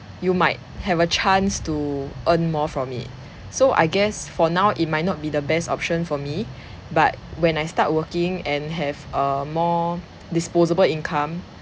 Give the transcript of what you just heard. you might have a chance to earn more from it so I guess for now it might not be the best option for me but when I start working and have a more disposable income